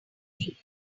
thing